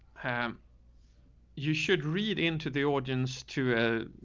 um you should read into the audience too.